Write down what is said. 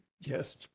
Yes